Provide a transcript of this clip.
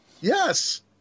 Yes